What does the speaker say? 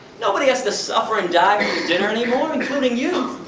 nobody has to suffer and die for your dinner anymore, including you!